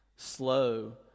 slow